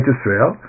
Israel